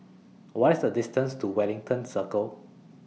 What IS The distance to Wellington Circle